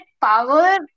power